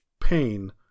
pain